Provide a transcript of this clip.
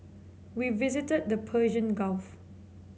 we visited the Persian Gulf